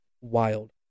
wild